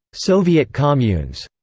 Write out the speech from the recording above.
soviet communes.